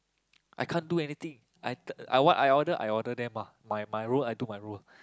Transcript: I can't do anything I I t~ I order them I order them ah my role I do my role